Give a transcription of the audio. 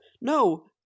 no